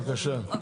בבקשה.